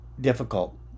difficult